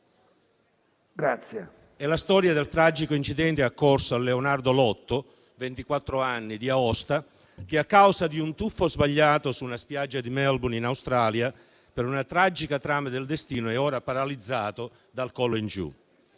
È la storia del tragico incidente accorso a Leonardo Lotto, ventiquattro anni, di Aosta, che, a causa di un tuffo sbagliato su una spiaggia di Melbourne in Australia, per una tragica trama del destino, è ora paralizzato dal collo in giù.